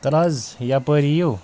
تل حظ یَپٲرۍ یِیِو